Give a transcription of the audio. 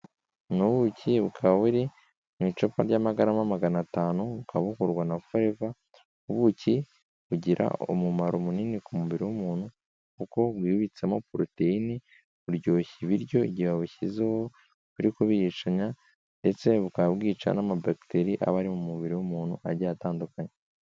Ni ubuki bukaba buri mu icupa ry'amagarama magana atanu, bukaba bukorwa na Forever. Ubuki bugira umumaro munini ku mubiri w'umuntu kuko bwibitsemo poroteyine, buryoshya ibiryo igihe wabushyizeho uri kuburishanya ndetse bukaba bwica n'ama bakiteri aba ari mu mubiri w'umuntu agiye atandukanye.